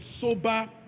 sober